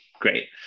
Great